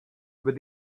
with